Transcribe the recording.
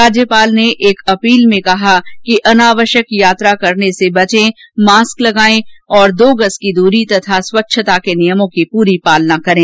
राज्यपाल ने एक अपील में कहा कि अनावश्यक यात्रा करने से बचें मास्क लगाए रखें तथा दो गज की दूरी और स्वच्छता के नियमों की पूरी पालना करें